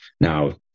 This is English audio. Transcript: Now